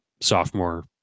sophomore